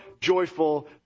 joyful